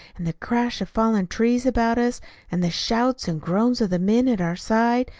and the crash of falling trees about us and the shouts and groans of the men at our side.